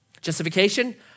Justification